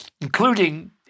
including